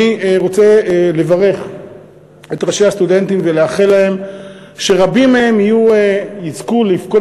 אני רוצה לברך את ראשי הסטודנטים ולאחל להם שרבים מהם יזכו לפקוד